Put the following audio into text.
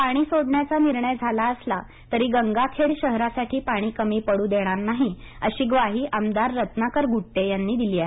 पाणी सोडण्याचा निर्णय झाला असला तरी गंगाखेड शहरासाठी पाणी कमी पडू देणार नाही प्रादेशिक बातमीपत्र अशी ग्वाही आमदार रत्नाकर गुट्टे यांनी दिली आहे